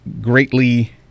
greatly